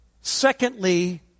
secondly